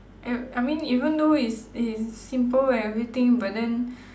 I I mean even though it's it's simple and everything but then